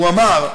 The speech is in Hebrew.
הוא אמר: